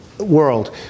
world